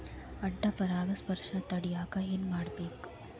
ಅಡ್ಡ ಪರಾಗಸ್ಪರ್ಶ ತಡ್ಯಾಕ ಏನ್ ಮಾಡ್ಬೇಕ್?